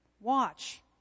Watch